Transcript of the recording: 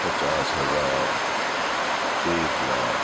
پچاس ہزار ایک لاکھ